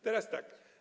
Teraz tak.